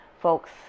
folks